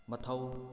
ꯃꯊꯧ